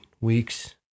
weeks